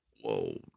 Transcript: Whoa